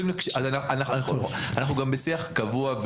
אנחנו בשיח קבוע,